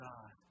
God